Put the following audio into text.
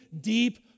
deep